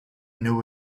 knew